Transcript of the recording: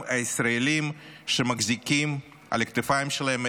הישראלים שמחזיקים את כלכלת ישראל על הכתפיים שלהם.